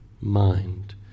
mind